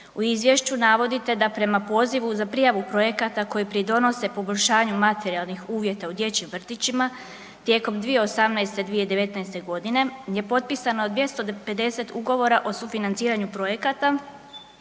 U izvješću navodite da prema pozivu za prijavu projekata koji pridonose poboljšanju materijalnih uvjeta u dječjim vrtićima tijekom 2018. i 2019.g. je potpisano 250 Ugovora o sufinanciranju projekata